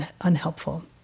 unhelpful